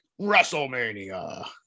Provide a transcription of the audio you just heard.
Wrestlemania